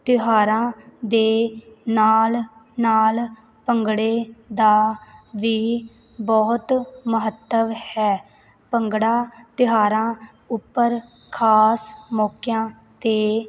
ਤਿਉਹਾਰਾਂ ਦੇ ਨਾਲ ਨਾਲ ਭੰਗੜੇ ਦਾ ਵੀ ਬਹੁਤ ਮਹੱਤਵ ਹੈ ਭੰਗੜਾ ਤਿਉਹਾਰਾਂ ਉੱਪਰ ਖਾਸ ਮੌਕਿਆਂ 'ਤੇ